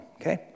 okay